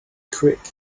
quick